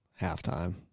halftime